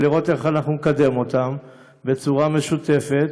ולראות איך אנחנו נקדם אותם בצורה משותפת,